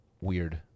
weird